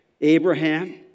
Abraham